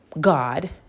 God